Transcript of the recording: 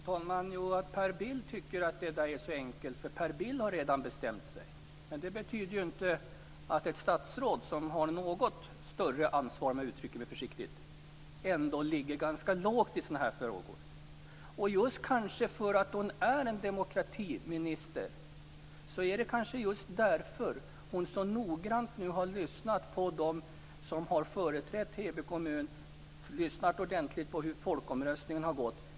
Fru talman! Att Per Bill tycker att detta är så enkelt därför att Per Bill redan har bestämt sig, betyder ju inte att ett statsråd som har något större ansvar, för att uttrycka mig försiktigt, inte skall ligga ganska lågt i sådana här frågor. Det kanske är just därför att hon är demokratiminister som hon så noggrant har lyssnat på företrädarna från Heby kommun om hur folkomröstningen har gått.